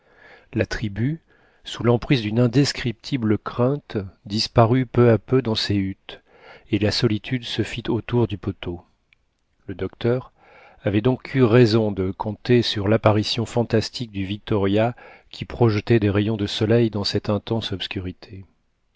la tribu sous l'empire d'une indescriptible crainte disparut peu à peu dans ses huttes et la solitude se fit autour du poteau le docteur avait donc eu raison de compter sur l'apparition fantastique du victoria qui projetait des rayons de soleil dans cette intense obscurité